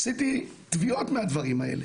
עשיתי תביעות מהדברים האלה.